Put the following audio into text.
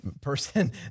person